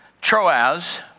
Troas